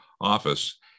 office